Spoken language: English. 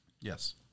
Yes